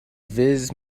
viz